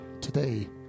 today